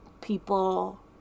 people